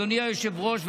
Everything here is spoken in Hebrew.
אדוני היושב-ראש,